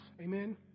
Amen